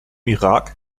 irak